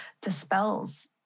dispels